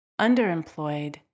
underemployed